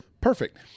Perfect